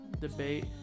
debate